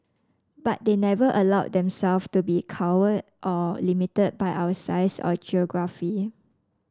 but they never allowed themselves to be cowed or limited by our size or geography